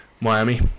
Miami